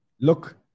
look